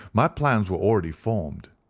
my plans were already formed.